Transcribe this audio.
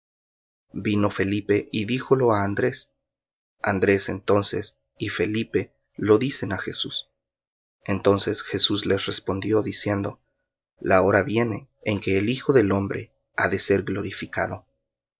vino felipe y díjolo á andrés andrés entonces y felipe lo dicen á jesús entonces jesús les respondió diciendo la hora viene en que el hijo del hombre ha de ser glorificado